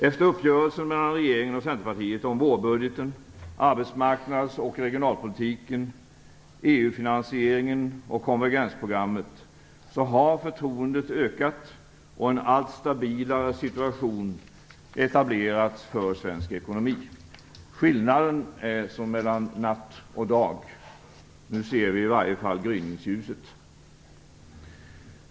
Efter uppgörelsen mellan regeringen och Centerpartiet om vårbudgeten, arbetsmarknads och regionalpolitiken, EU finansieringen och konvergensprogrammet har förtroendet ökat och en allt stabilare situation etablerats för svensk ekonomi. Skillnaden är som mellan natt och dag. Nu ser vi i varje fall gryningsljuset.